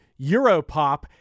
Europop